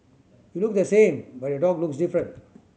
you look the same but your dog looks different